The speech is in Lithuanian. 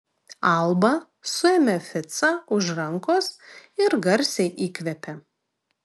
alba suėmė ficą už rankos ir garsiai įkvėpė